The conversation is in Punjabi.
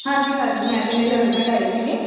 ਹਾਂਜੀ ਹਾਂਜੀ ਮੈਂ ਅਤੇ ਮੇਰੇ ਹਸਬੈਂਡ ਆਏ ਸੀਗੇ